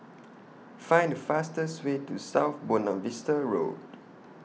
Find The fastest Way to South Buona Vista Road